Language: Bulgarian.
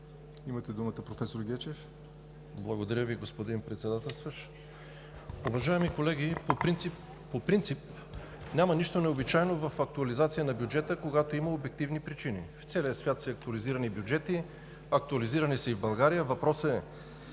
за България): Благодаря Ви, господин Председателстващ. Уважаеми колеги, по принцип няма нищо необичайно в актуализация на бюджета, когато има обективни причини. В целия свят са актуализирани бюджети, актуализирани са и в България. Въпросът е